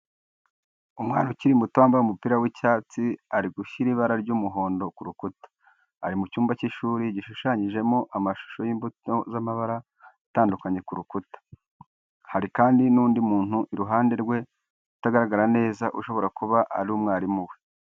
Umwana ukiri muto wambaye umupira w'icyatsi ari gushyira ibara ry'umuhondo ku rukuta. Ari mu cyumba cy'ishuri gishushanyijeho amashusho y'imbuto z'amabara atandukanye ku rukuta. Hari kandi n'undi muntu iruhande rwe utagaragara neza, ushobora kuba ari umwarimu we.